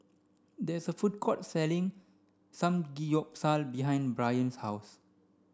there is a food court selling Samgeyopsal behind Byron's house